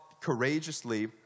courageously